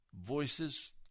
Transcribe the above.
voices